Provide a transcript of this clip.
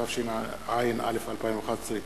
התשע"א 2011,